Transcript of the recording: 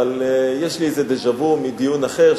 אבל יש לי איזה דז'ה-וו מדיון אחר,